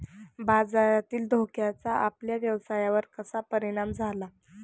बाजारातील धोक्याचा आपल्या व्यवसायावर कसा परिणाम झाला?